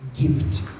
gift